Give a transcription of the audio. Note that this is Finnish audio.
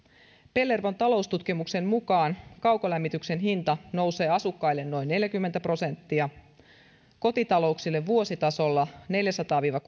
pellervon taloustutkimuksen mukaan kaukolämmityksen hinta nousee asukkaille noin neljäkymmentä prosenttia kotitalouksille tulee vuositasolla neljänsadan viiva